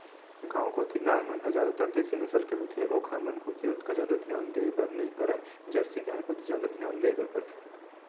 गांव कोती गाय मन ह जादातर देसी नसल के होथे ओखर मन कोती ओतका जादा धियान देय बर नइ परय जरसी गाय कोती जादा धियान देय ल परथे